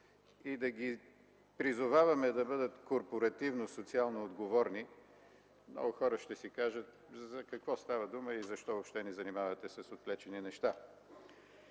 и да ги призоваваме да бъдат корпоративно социално отговорни, много хора ще си кажат: „За какво става дума и защо въобще ни занимавате с отвлечени неща?”